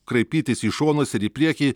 kraipytis į šonus ir į priekį